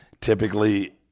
typically